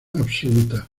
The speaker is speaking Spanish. absoluta